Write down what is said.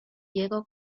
diego